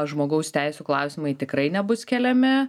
žmogaus teisių klausimai tikrai nebus keliami